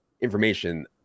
information